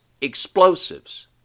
explosives